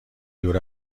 دور